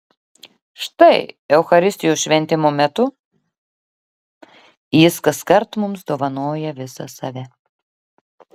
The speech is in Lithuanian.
štai eucharistijos šventimo metu jis kaskart mums dovanoja visą save